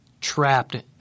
trapped